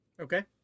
Okay